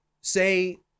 Say